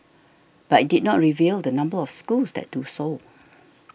but it did not reveal the number of schools that do so